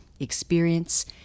experience